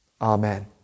Amen